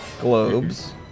globes